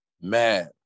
mad